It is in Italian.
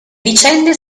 vicende